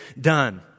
done